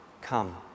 come